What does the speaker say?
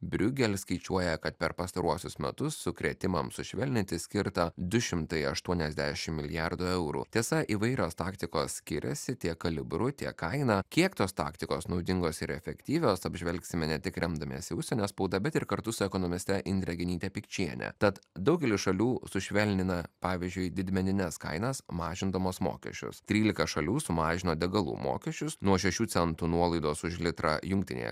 briugel skaičiuoja kad per pastaruosius metus sukrėtimam sušvelninti skirta du šimtai aštuoniasdešim milijardų eurų tiesa įvairios taktikos skiriasi tiek kalibru tiek kaina kiek tos taktikos naudingos ir efektyvios apžvelgsime ne tik remdamiesi užsienio spauda bet ir kartu su ekonomiste indre genyte pikčiene tad daugelis šalių sušvelnina pavyzdžiui didmenines kainas mažindamos mokesčius trylika šalių sumažino degalų mokesčius nuo šešių centų nuolaidos už litrą jungtinėje